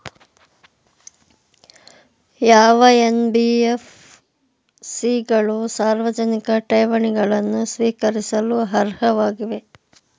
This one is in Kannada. ಯಾವ ಎನ್.ಬಿ.ಎಫ್.ಸಿ ಗಳು ಸಾರ್ವಜನಿಕ ಠೇವಣಿಗಳನ್ನು ಸ್ವೀಕರಿಸಲು ಅರ್ಹವಾಗಿವೆ?